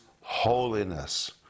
holiness